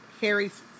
Harry's